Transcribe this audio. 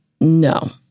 No